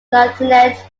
lieutenant